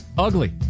Ugly